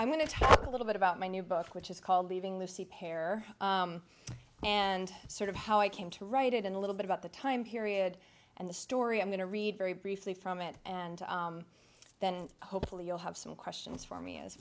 i'm going to talk a little bit about my new book which is called leaving lucy pear and sort of how i came to write it in a little bit about the time period and the story i'm going to read very briefly from it and then hopefully you'll have some questions for me as